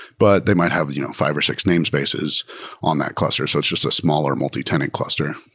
but they might have five or six name spaces on that cluster. so it's just a smaller multitenant cluster.